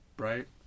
right